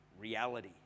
reality